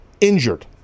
injured